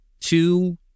two